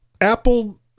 Apple